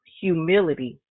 Humility